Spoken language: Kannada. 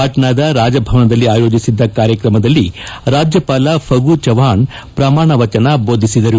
ಪಾಟ್ಪಾದ ರಾಜಭವನದಲ್ಲಿ ಆಯೋಜಿಸಿದ್ದ ಕಾರ್ಯಕ್ರಮದಲ್ಲಿ ರಾಜ್ಯಪಾಲ ಫಗು ಚೌಹಾಣ್ ಪ್ರಮಾಣ ವಚನ ದೋಧಿಸಿದರು